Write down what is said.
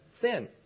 sin